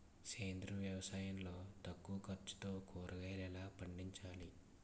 సేంద్రీయ వ్యవసాయం లో తక్కువ ఖర్చుతో కూరగాయలు ఎలా పండించాలి?